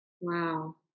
Wow